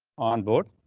on board.